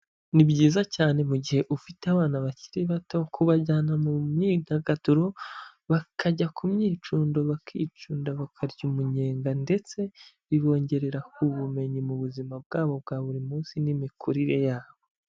Ni byiza cyane mu gihe ufite abana bakiri bato kubajyana mu myidagaduro bakajya ku myicundo bakicunda bakarya umunyenga ndetse bibongerera ubumenyi mu buzima bwabo bwa buri munsi n'imikurire yabo.